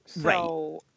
Right